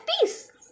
peace